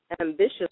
ambitious